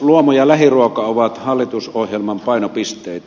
luomu ja lähiruoka ovat hallitusohjelman painopisteitä